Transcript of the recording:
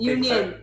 Union